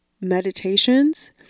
meditations